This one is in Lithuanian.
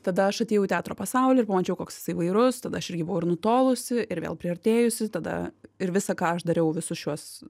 tada aš atėjau į teatro pasaulį ir pamačiau koks jis įvairus tada aš irgi buvau ir nutolusi ir vėl priartėjusi tada ir visa ką aš dariau visus šiuos